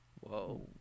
whoa